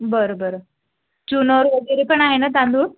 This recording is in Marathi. बरं बरं चुनर वगैरे पण आहे ना तांदूळ